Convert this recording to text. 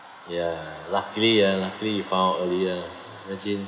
ya luckily ah luckily you found earlier imagine